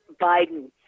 Biden